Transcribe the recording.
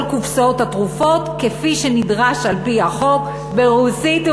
קופסאות התרופות כפי שנדרש על-פי החוק ברוסית ובערבית.